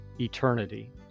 eternity